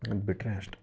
ಇದು ಬಿಟ್ಟರೆ ಅಷ್ಟೇ